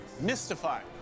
mystified